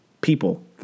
People